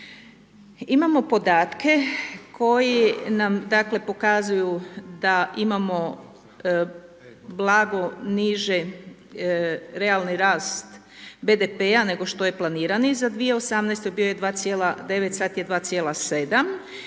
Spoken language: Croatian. Imamo podatke koji nam, dakle, pokazuju da imamo blago niži realni rast BDP-a nego što je planirani za 2018., bio je 2,9, sada je 2,7 i